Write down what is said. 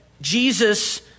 Jesus